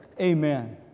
Amen